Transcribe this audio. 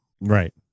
Right